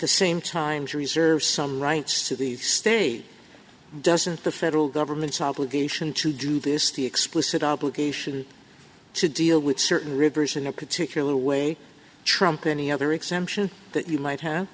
the same time to reserve some rights to the state doesn't the federal government's obligation to do this the explicit obligation to deal with certain rivers in a particular way trump any other exemption that you might h